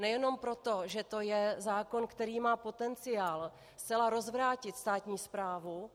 Nejenom proto, že to je zákon, který má potenciál zcela rozvrátit státní správu.